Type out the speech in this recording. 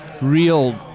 real